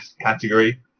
category